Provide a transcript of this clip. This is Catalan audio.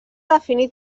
definit